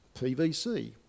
PVC